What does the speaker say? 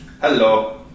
Hello